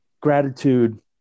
gratitude